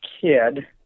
kid